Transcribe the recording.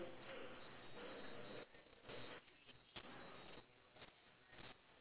ya okay mine have two correct then next is the baske~ eh wait your person in the tractor is he